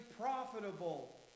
profitable